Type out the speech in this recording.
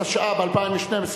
התשע"ב 2012,